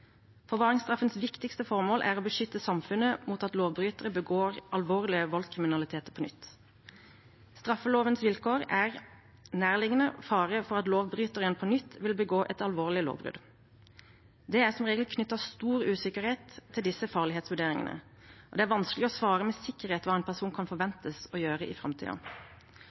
Forvaringsstraffens viktigste formål er å beskytte samfunnet mot at lovbrytere begår alvorlig voldskriminalitet på nytt. Straffelovens vilkår er «nærliggende fare for at lovbryteren på nytt vil begå et alvorlige lovbrudd». Det er som regel knyttet stor usikkerhet til disse farlighetsvurderingene, og det er vanskelig å svare med sikkerhet hva en person kan forventes å gjøre i